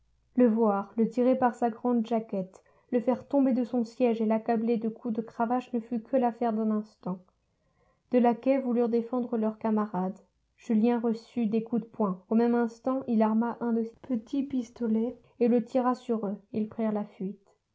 le voir le tirer par sa grande jaquette le faire tomber de son siège et l'accabler de coups de cravache ne fut que l'affaire d'un instant deux laquais voulurent défendre leur camarade julien reçut des coups de poing au même instant il arma un de ses petits pistolets et le tira sur eux ils prirent la fuite